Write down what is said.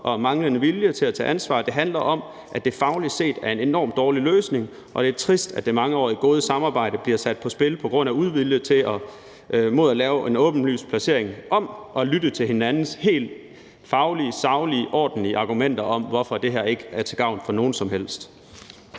om manglende vilje til at tage ansvar. Det handler om, at det fagligt set er en enormt dårlig løsning, og det er trist, at det mangeårige gode samarbejde bliver sat på spil på grund af uvilje mod at lave beslutningen om placeringen om og mod at lytte til hinandens helt faglige, saglige og ordentlige argumenter om, hvorfor det her ikke er til gavn for nogen som helst.